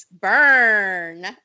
burn